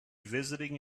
visiting